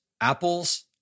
apples